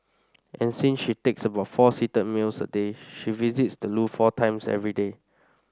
and since she takes about four seated meals a day she visits the loo four times every day